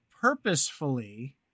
purposefully